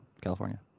California